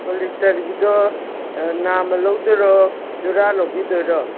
ꯄꯣꯂꯤꯁꯇꯔꯒꯤꯗꯣ ꯑꯥ ꯅꯥꯝꯃ ꯂꯧꯗꯣꯏꯔꯣ ꯖꯨꯔꯥ ꯂꯧꯕꯤꯗꯣꯏꯔꯣ